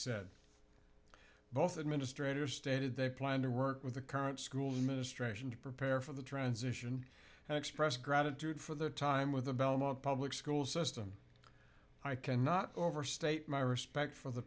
said both administrator stated they plan to work with the current school administration to prepare for the transition and express gratitude for their time with the belmont public school system i cannot overstate my respect for the